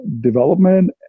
development